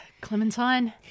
Clementine